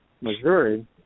Missouri